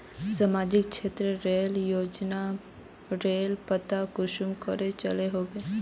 सामाजिक क्षेत्र रेर योजना लार पता कुंसम करे चलो होबे?